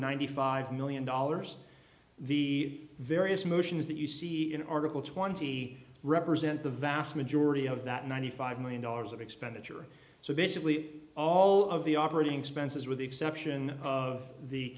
ninety five million dollars the various motions that you see in article twenty represent the vast majority of that ninety five million dollars of expenditure so basically all of the operating expenses with the exception of the